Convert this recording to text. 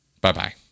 Bye-bye